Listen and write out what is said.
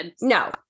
No